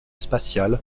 spatial